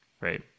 right